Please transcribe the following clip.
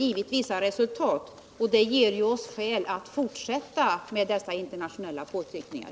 givit vissa resultat, och det ger oss skäl att fortsätta med dessa påtryckningar.